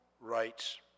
rights